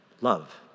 Love